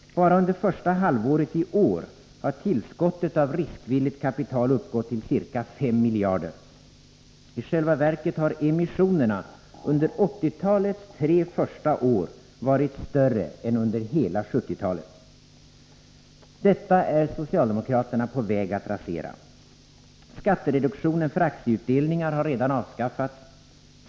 Bara under första halvåret i år har tillskottet av riskvilligt kapital uppgått till ca 5 miljarder kronor. I själva verket har emissionerna under 1980-talets tre första år varit större än under hela 1970-talet. Detta är socialdemokraterna på väg att rasera. Skattereduktionen för aktieutdelningar har redan avskaffats.